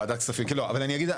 אבל אני אגיד,